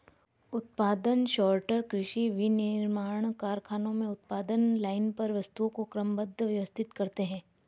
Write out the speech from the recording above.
उत्पादन सॉर्टर कृषि, विनिर्माण कारखानों में उत्पादन लाइन पर वस्तुओं को क्रमबद्ध, व्यवस्थित करते हैं